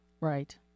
Right